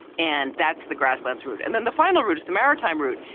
and that's the grasslands route. and then the final route is the maritime route.